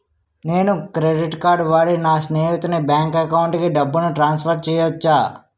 నేను credit card వాడి నా స్నేహితుని బ్యాంక్ అకౌంట్ కి డబ్బును ట్రాన్సఫర్ చేయచ్చా?